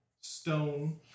stone